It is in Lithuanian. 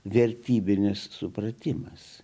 vertybinis supratimas